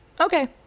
Okay